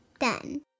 done